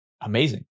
amazing